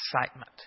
Excitement